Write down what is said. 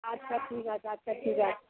আচ্ছা ঠিক আছে আচ্ছা ঠিক আছে